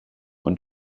und